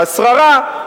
השררה,